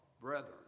brethren